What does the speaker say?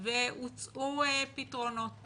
והוצעו פתרונות